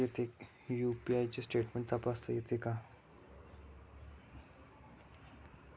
UPI चे statement तपासता येते का?